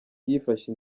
yifashe